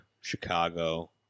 Chicago